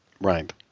Right